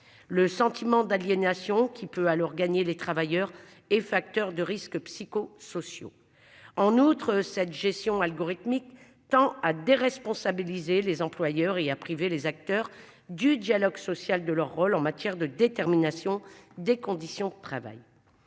le sentiment d'aliénation qui peut alors gagner les travailleurs et facteurs de risques psycho-sociaux en outre cette gestion algorithmique tend à déresponsabiliser les employeurs et à priver les acteurs du dialogue social de leur rôle en matière de détermination des conditions de travail.